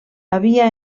havia